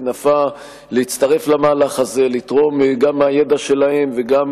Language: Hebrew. נפאע להצטרף למהלך הזה ולתרום גם מהידע שלהם וגם